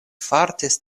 fartis